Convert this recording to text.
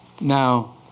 Now